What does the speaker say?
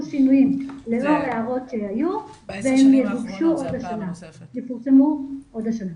שינויים לאור הערות שהיו והם יגובשו ויפורסמו עוד השנה.